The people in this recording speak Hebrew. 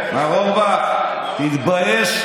מר אורבך, תתבייש.